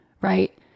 right